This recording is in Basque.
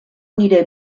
nire